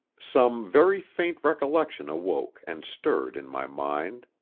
some very faint recollection awoke and stirred in my mind.